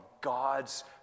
God's